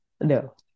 no